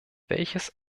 welches